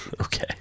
Okay